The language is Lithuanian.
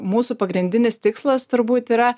mūsų pagrindinis tikslas turbūt yra